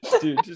Dude